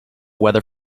weather